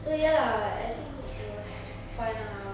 so ya lah I think it was fun lah